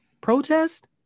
protest